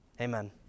Amen